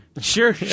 Sure